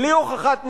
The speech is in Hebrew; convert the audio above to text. בלי הוכחת נזק,